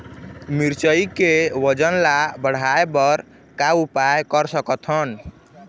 मिरचई के वजन ला बढ़ाएं बर का उपाय कर सकथन?